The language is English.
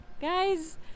Guys